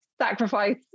sacrifice